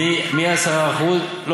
מ-10% הנה,